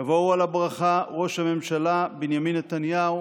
יבואו על הברכה ראש הממשלה בנימין נתניהו